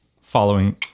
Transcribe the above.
following